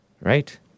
Right